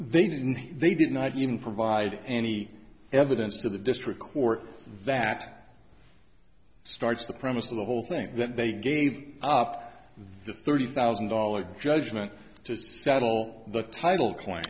didn't they did not even provide any evidence to the district court that starts the promise of the whole thing that they gave up the thirty thousand dollars judgment to settle the title